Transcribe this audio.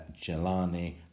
Jelani